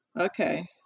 Okay